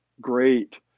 great